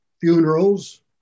funerals